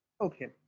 Okay